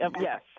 yes